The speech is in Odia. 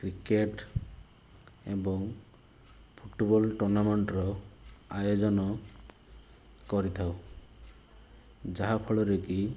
କ୍ରିକେଟ୍ ଏବଂ ଫୁଟବଲ୍ ଟୁର୍ଣ୍ଣାମେଣ୍ଟ୍ର ଆୟୋଜନ କରିଥାଉ ଯାହାଫଳରେ କି